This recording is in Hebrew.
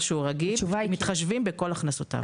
מתחשבים בכל הכנסותיו.